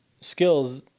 skills